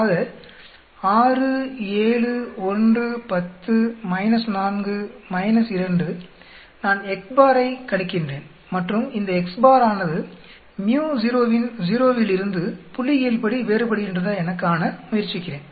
ஆக 6 7 1 10 4 2 நான் ஐக் கணிக்கின்றேன் மற்றும் இந்த ஆனது µ0 வின் 0 வில் இருந்து புள்ளியியல்படி வேறுபடுகின்றதா எனக் காண முயற்சிக்கிறேன்